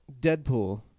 Deadpool